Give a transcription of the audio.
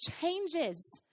changes